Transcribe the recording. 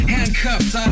Handcuffs